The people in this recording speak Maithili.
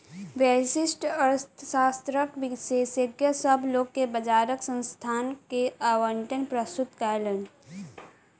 व्यष्टि अर्थशास्त्रक विशेषज्ञ, सभ लोक के बजारक संसाधन के आवंटन प्रस्तुत कयलैन